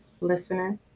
listener